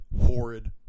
horrid